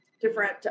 different